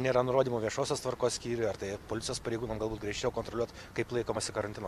nėra nurodymų viešosios tvarkos skyriui ar tai policijos pareigūnam galbūt griežčiau kontroliuot kaip laikomasi karantino